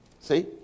See